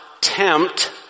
tempt